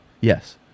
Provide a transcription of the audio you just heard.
Yes